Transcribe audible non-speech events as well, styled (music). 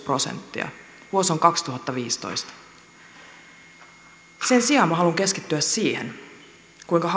prosenttia vuosi on kaksituhattaviisitoista sen sijaan minä haluan keskittyä siihen kuinka (unintelligible)